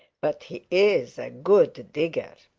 but he is a good digger.